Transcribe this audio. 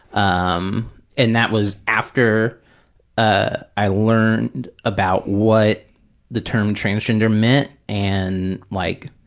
um and that was after ah i learned about what the term transgender meant and like